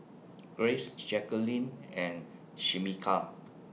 Grace Jacquelin and Shameka